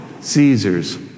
Caesar's